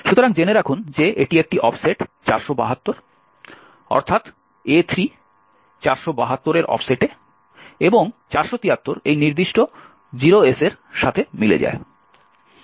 সুতরাং জেনে রাখুন যে এটি একটি অফসেট 472 অর্থাৎ A3 472 এর অফসেটে এবং 473 এই নির্দিষ্ট 0s এর সাথে মিলে যায়